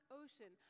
ocean